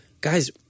Guys